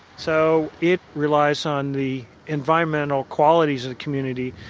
so, it relies on the environmental qualities of the community,